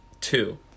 two